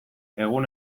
egun